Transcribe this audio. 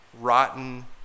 rotten